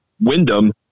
Wyndham